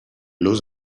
los